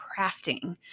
crafting